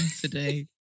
today